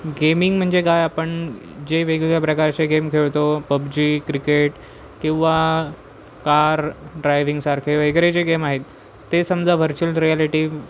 gaming म्हणजे काय आपण जे वेगवेगळ्या प्रकारचे गेम खेळतो पबजी क्रिकेट किंवा कार ड्रायविंगसारखे वगैरे जे गेम आहेत ते समजा व्हर्च्युअल रियालिटी